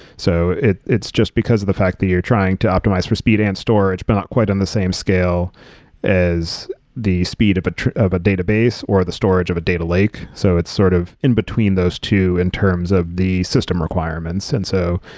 so it it's just because of the fact that you're trying to optimize for speed and storage, but not quite on the same scale as the speed of but of a database or the storage of the data lake. so it's sort of in between those two in terms of the system requirements. and so,